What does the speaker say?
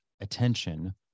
attention